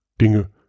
Dinge